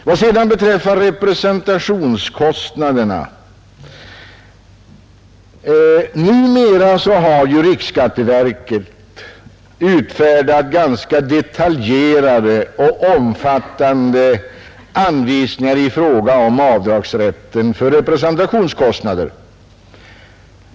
Vad sedan beträffar representationskostnaderna har ju riksskatteverket numera utfärdat ganska detaljerade och omfattande anvisningar i fråga om avdragsrätten för sådana kostnader.